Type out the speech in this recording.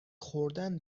خوردن